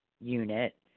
unit